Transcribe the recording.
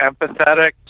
empathetic